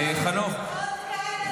תודה, נעמה.